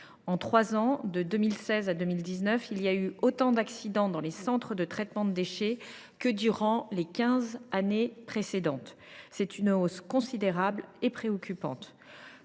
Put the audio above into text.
En trois ans, entre 2016 et 2019, on a enregistré autant d’accidents dans les centres de traitement des déchets que durant les quinze années précédentes. Cette hausse est considérable et préoccupante